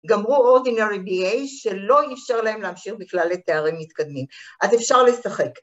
גמרו אורדינרי בי-איי, שלא איפשר להם להמשיך בכלל לתארים מתקדמים. אז אפשר לשחק.